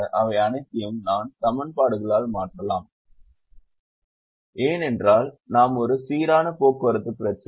அவை அனைத்தையும் நாம் சமன்பாடுகளால் மாற்றலாம் ஏனென்றால் சிக்கல் ஒரு சீரான போக்குவரத்து பிரச்சினை